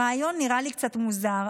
הרעיון נראה לי קצת מוזר,